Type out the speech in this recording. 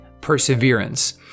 perseverance